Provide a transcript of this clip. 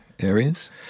Areas